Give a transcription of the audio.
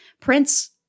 Prince